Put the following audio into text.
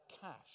cash